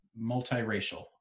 multiracial